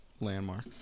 landmark